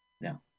No